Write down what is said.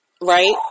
right